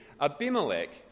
Abimelech